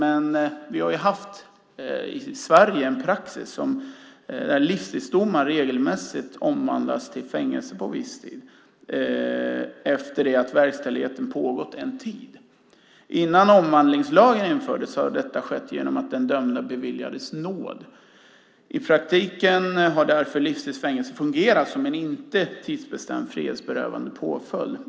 I Sverige har vi dock haft en praxis där livstidsdomar regelmässigt omvandlas till fängelse på viss tid efter att verkställigheten pågått en tid. Innan omvandlingslagen infördes skedde det genom att den dömde beviljades nåd. I praktiken har därför livstids fängelse fungerat som en inte tidsbestämd frihetsberövande påföljd.